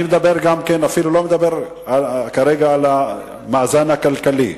אני אפילו לא מדבר כרגע על המאזן הכלכלי.